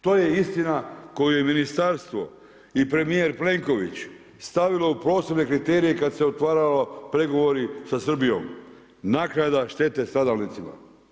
To je istina koju je ministarstvo i premijer Plenković stavilo u prostorne kriterije kad su se otvarali pregovori sa Srbijom, naknada štete stradalnicima.